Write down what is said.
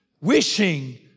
Wishing